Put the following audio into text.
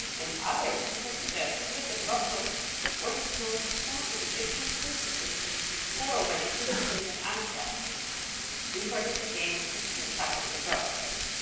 and others have suggested that the grottoes or the tombs of some of the egyptian princesses who were wedded to the kings of antioch before they became christian chapels. the grottoes, that is.